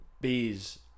bees